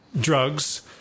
drugs